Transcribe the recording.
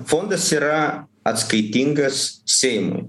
fondas yra atskaitingas seimui